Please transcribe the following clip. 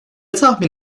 tahmin